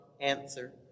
answer